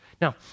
Now